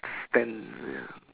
spend the